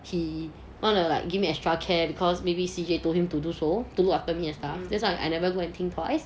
he wanna like giving extra care because maybe C_J told him to do so to look after me and stuff that's why I never go and think twice eh